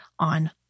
on